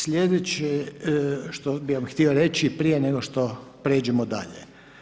Slijedeće što bi vam htio reći prije nego što prijeđemo dalje.